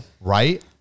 Right